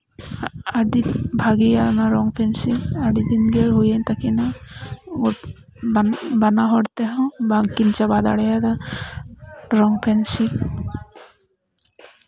ᱟᱹᱰᱤ ᱵᱷᱟᱜᱮᱭᱟ ᱚᱱᱟ ᱨᱚᱝ ᱯᱮᱱᱥᱤᱞ ᱟᱹᱰᱤ ᱫᱤᱱᱜᱮ ᱦᱩᱭᱮᱱ ᱛᱟᱹᱠᱤᱱᱟ ᱵᱟᱱᱟᱦᱚᱲ ᱛᱮᱦᱚᱸ ᱵᱟᱝᱠᱤᱱ ᱪᱟᱵᱟ ᱫᱟᱲᱮᱭᱟᱫᱟ ᱨᱚᱝ ᱯᱮᱱᱥᱤᱞ